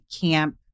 camp